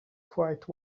quite